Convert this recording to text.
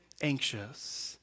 anxious